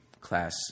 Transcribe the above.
class